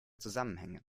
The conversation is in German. zusammenhänge